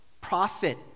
profit